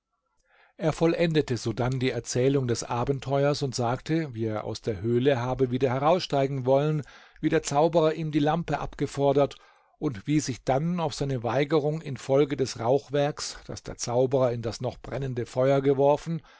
er vollendete sodann die erzählung des abenteuers und sagte wie er aus der höhle habe wieder heraussteigen wollen wie der zauberer ihm die lampe abgefordert und wie sich dann auf seine weigerung infolge des rauchwerks das der zauberer in das noch brennende feuer geworfen